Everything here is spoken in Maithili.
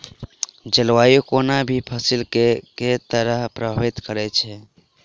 जलवायु कोनो भी फसल केँ के तरहे प्रभावित करै छै?